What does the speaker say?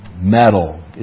metal